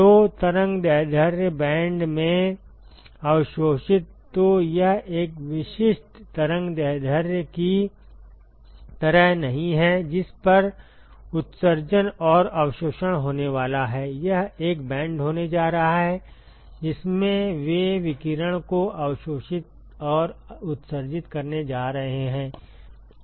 तो तरंग दैर्ध्य बैंड में अवशोषिततो यह एक विशिष्ट तरंग दैर्ध्य की तरह नहीं है जिस पर उत्सर्जन और अवशोषण होने वाला है यह एक बैंड होने जा रहा है जिसमें वे विकिरण को अवशोषित और उत्सर्जित करने जा रहे हैं